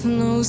no